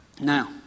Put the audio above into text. Now